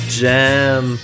jam